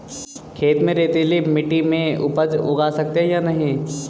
खेत में रेतीली मिटी में उपज उगा सकते हैं या नहीं?